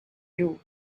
you